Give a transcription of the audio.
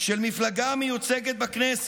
של מפלגה המיוצגת בכנסת,